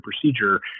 procedure